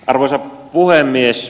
arvoisa puhemies